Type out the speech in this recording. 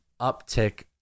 uptick